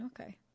Okay